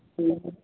ٹھیٖک حظ